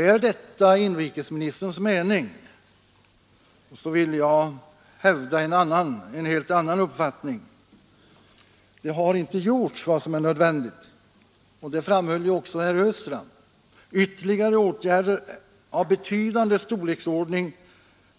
Är detta inrikesministerns mening, så vill jag hävda en helt annan uppfattning. Det har inte gjorts vad som är nödvändigt, och det framhöll också herr Östrand. Ytterligare åtgärder av betydande storleksordning